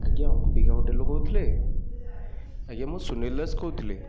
ଆଜ୍ଞା ଅକ୍ବିକା ହୋଟେଲରୁ କହୁଥିଲେ ଆଜ୍ଞା ମୁଁ ସୁନିଲ ଦାସ କହୁଥିଲି